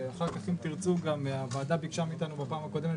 ואחר כך אם תרצו גם הוועדה ביקשה מאיתנו בפעם הקודמת